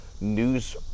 news